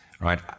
Right